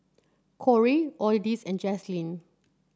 Corie and Jaslene